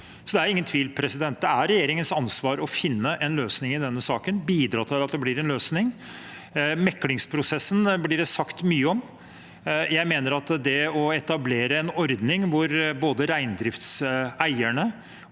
Det er ingen tvil: Det er regjeringens ansvar å finne en løsning i denne saken og bidra til at det blir en løsning. Meklingsprosessen blir det sagt mye om. Jeg mener at å etablere en ordning hvor både reindriftseierne